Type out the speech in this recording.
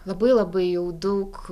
labai labai jau daug